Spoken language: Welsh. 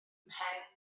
mhen